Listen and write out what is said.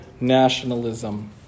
nationalism